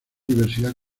diversidad